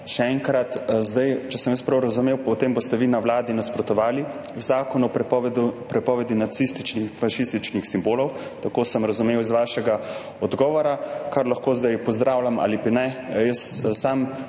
še enkrat. Če sem prav razumel, potem boste vi na Vladi nasprotovali zakonu o prepovedi nacističnih in fašističnih simbolov. Tako sem razumel iz vašega odgovora, kar lahko zdaj pozdravljam ali pa ne. Sam